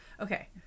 okay